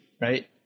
right